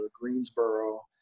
Greensboro